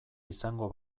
izango